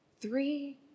Three